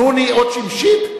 נו"ן היא אות שמשית?